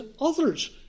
others